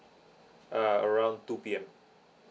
uh around two P_M